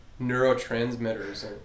neurotransmitters